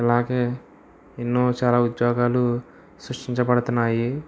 అలాగే ఎన్నో చాలా ఉద్యోగాలు సృష్టించబడుతున్నాయి